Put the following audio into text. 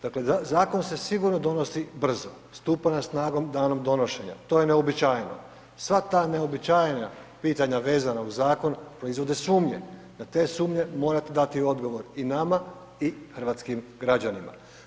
Dakle, zakon se sigurno donosi brzo, stupa na snagu danom donošenja, to je neuobičajeno, sva ta neuobičajena pitanja vezana uz zakon proizvode sumnje, na te sumnje morate dati odgovor i nama i hrvatskim građanima.